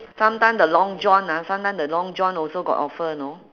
sometime the long john ah sometime the long john also got offer know